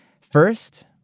First